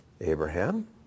Abraham